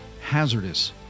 hazardous